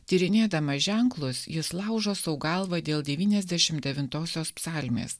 tyrinėdamas ženklus jis laužo sau galvą dėl devyniasdešim devintosios psalmės